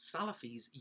Salafis